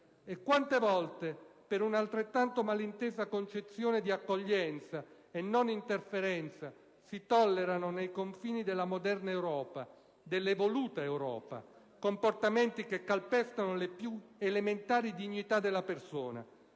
Quante volte, per una altrettanto malintesa concezione di accoglienza e non interferenza, si tollerano nei confini della moderna Europa, dell'evoluta Europa comportamenti che calpestano le più elementari dignità della persona,